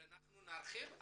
ונרחיב.